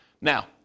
Now